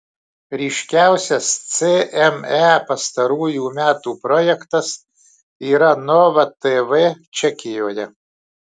ryškiausias cme pastarųjų metų projektas yra nova tv čekijoje